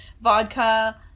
vodka